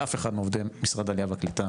לאף אחד מעובדי משרד העלייה והקליטה,